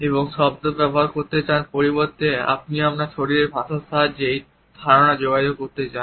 এবং শব্দ ব্যবহার করার পরিবর্তে আপনিও আপনার শরীরের ভাষা সাহায্যে এই ধারণা যোগাযোগ করতে চান